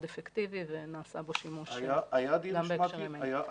אפקטיבי ונעשה בו שימוש גם בהקשרים האלה.